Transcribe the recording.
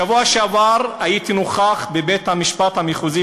בשבוע שעבר הייתי נוכח בבית-המשפט המחוזי,